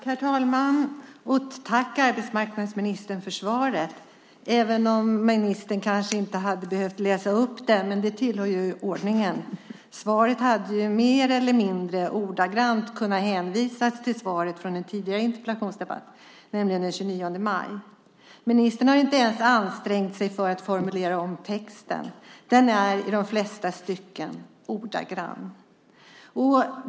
Herr talman! Tack, arbetsmarknadsministern, för svaret. Ministern hade kanske inte behövt läsa upp det, men det tillhör ju ordningen. Han hade mer eller mindre ordagrant kunnat hänvisa till svaret från en tidigare interpellationsdebatt, nämligen den 29 maj. Ministern har inte ens ansträngt sig att formulera om texten. Den är i de flesta stycken ordagrann.